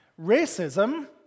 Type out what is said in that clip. Racism